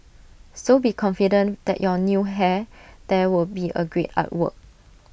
so be confident that your new hair there would be A great artwork